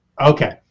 Okay